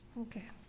Okay